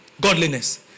Godliness